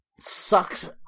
Sucks